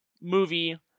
movie